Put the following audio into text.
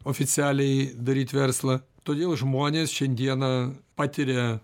oficialiai daryt verslą todėl žmonės šiandieną patiria